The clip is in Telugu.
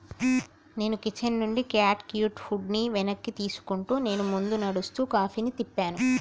నేను కిచెన్ నుండి క్యాట్ క్యూట్ ఫుడ్ని వెనక్కి తీసుకుంటూ నేను ముందు నడుస్తూ కాఫీని తిప్పాను